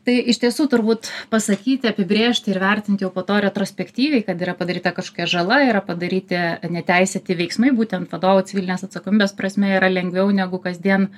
tai iš tiesų turbūt pasakyti apibrėžti ir vertinti jau po to retrospektyviai kad yra padaryta kažkokia žala yra padaryti neteisėti veiksmai būtent vadovų civilinės atsakomybės prasme yra lengviau negu kasdien